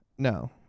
no